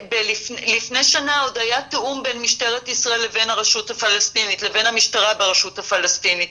לפני שנה עוד היה תיאום בין משטרת ישראל לבין המשטרה ברשות הפלסטינית,